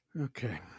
Okay